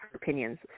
opinions